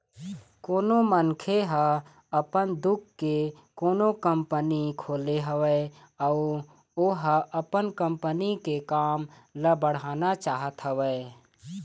कोनो मनखे ह अपन खुद के कोनो कंपनी खोले हवय अउ ओहा अपन कंपनी के काम ल बढ़ाना चाहत हवय